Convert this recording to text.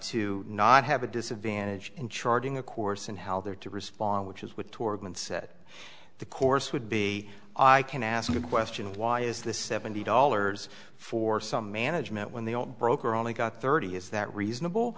to not have a disadvantage in charting a course in how they're to respond which is what torben said the course would be i can ask the question why is this seventy dollars for some management when the old broker only got thirty is that reasonable